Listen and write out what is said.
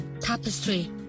Tapestry